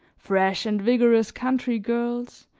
fresh and vigorous country girls,